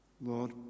Lord